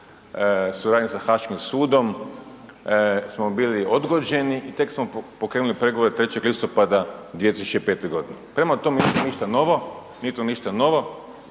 suradnje sa Haškim sudom smo bili odgođeni i tek smo pokrenuli pregovore 3. listopada 2005. godine. Prema tome, nije to ništa novo, tako to isto nije